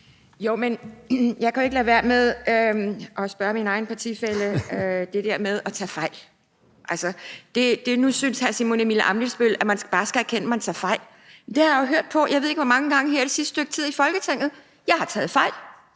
(DF): Jeg kan jo ikke lade være med at spørge min egen partifælle om det der med at tage fejl. Altså, nu synes hr. Simon Emil Ammitzbøll-Bille, at man bare skal erkende, at man tager fejl. Det har jeg jo hørt på, jeg ved ikke hvor mange gange her det sidste stykke tid i Folketinget: Jeg har taget fejl,